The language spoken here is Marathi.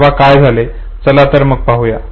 तेव्हा काय झाले चला तर पाहूया